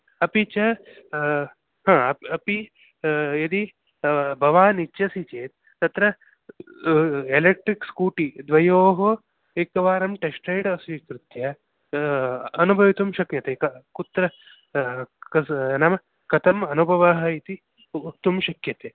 अपि च हा अपि यदि भवान् इच्छसि चेत् तत्र एलेक्ट्रिक् स्कूटि द्वयोः एकवारं टेस्ट् रैड् स्वीकृत्य अनुभवितुं शक्यते क कुत्र तत् नाम कथम् अनुभवः इति वक्तुं शक्यते